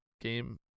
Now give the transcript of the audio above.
game